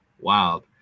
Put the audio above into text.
Wow